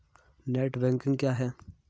Net banking क्या है?